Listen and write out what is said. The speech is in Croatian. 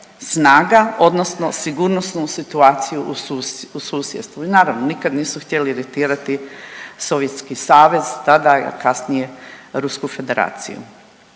odnosno sigurnosnu situaciju u susjedstvu i naravno, nikad nisu htjeli iritirati Sovjetski savez tada i kasnije Rusku Federaciju.